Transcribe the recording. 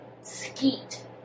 Skeet